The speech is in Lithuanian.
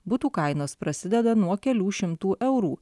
butų kainos prasideda nuo kelių šimtų eurų